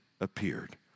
appeared